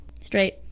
straight